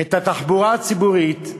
את התחבורה הציבורית,